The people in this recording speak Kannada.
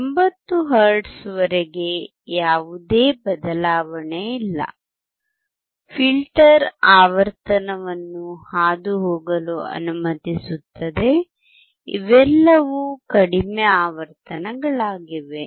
80 ಹರ್ಟ್ಜ್ ವರೆಗೆ ಯಾವುದೇ ಬದಲಾವಣೆ ಇಲ್ಲ ಫಿಲ್ಟರ್ ಆವರ್ತನವನ್ನು ಹಾದುಹೋಗಲು ಅನುಮತಿಸುತ್ತದೆ ಇವೆಲ್ಲವೂ ಕಡಿಮೆ ಆವರ್ತನಗಳಾಗಿವೆ